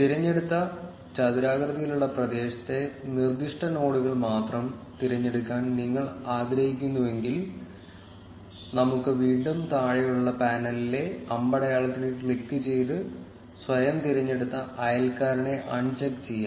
തിരഞ്ഞെടുത്ത ചതുരാകൃതിയിലുള്ള പ്രദേശത്തെ നിർദ്ദിഷ്ട നോഡുകൾ മാത്രം തിരഞ്ഞെടുക്കാൻ നിങ്ങൾ ആഗ്രഹിക്കുന്നുവെങ്കിൽ നമുക്ക് വീണ്ടും താഴെയുള്ള പാനലിലെ അമ്പടയാളത്തിൽ ക്ലിക്കുചെയ്ത് സ്വയം തിരഞ്ഞെടുത്ത അയൽക്കാരനെ അൺചെക്ക് ചെയ്യാം